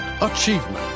Achievement